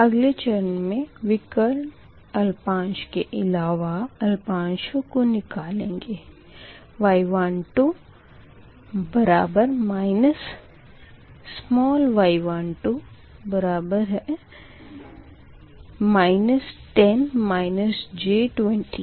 अगले चरण मे विकर्ण अल्पांश के इलावा अल्पांशों को निकालेंगे Y12minus your small y12बराबर है के